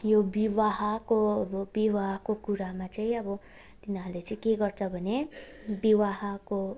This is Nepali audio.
यो अब विवाहको विवाहको कुरामा चाहिँ अब तिनीहरूले चाहिँ के गर्छ भने विवाहको